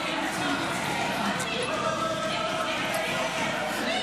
ההצעה להעביר לוועדה את הצעת חוק חובת לימודי